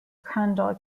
crandall